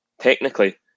technically